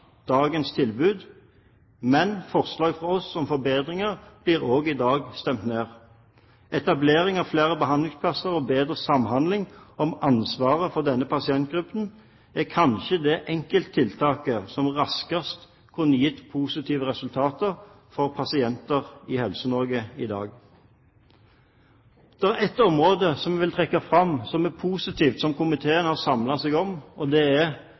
dagens tilbud, men forslag fra oss om forbedringer blir også i dag stemt ned. Etablering av flere behandlingsplasser og bedre samhandling om ansvaret for denne pasientgruppen er kanskje det enkelttiltaket som raskest kunne gitt positive resultater for pasienter i Helse-Norge i dag. Det er ett område som jeg vil trekke fram, som er positivt, og som komiteen har samlet seg om, og det er